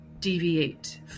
deviate